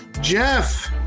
Jeff